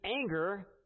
anger